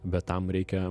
bet tam reikia